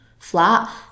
flat